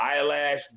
eyelash